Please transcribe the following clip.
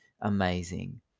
amazing